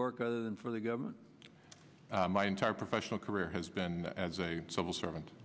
work other than for the government my entire professional career has been as a civil servant